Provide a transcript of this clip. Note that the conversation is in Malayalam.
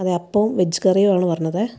അതെ അപ്പവും വെജ് കറിയും ആണ് പറഞ്ഞതേ